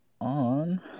on